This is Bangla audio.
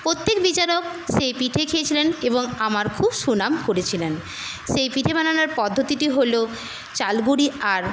প্রত্যেক বিচারক সেই পিঠে খেয়েছিলেন এবং আমার খুব সুনাম করেছিলেন সেই পিঠে বানানোর পদ্ধতিটি হলো চালগুঁড়ি আর